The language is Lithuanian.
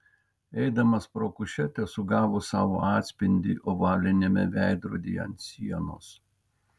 eidamas pro kušetę sugavo savo atspindį ovaliniame veidrodyje ant sienos